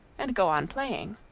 and go on playing.